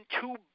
two